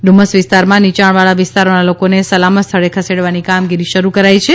ડુમસ વિસ્તારમાં નીચાણવાળા વિસ્તારોના લોકોને સલામત સ્થળે ખસેડવાની કામગીરી શરૂ કરાઇ છે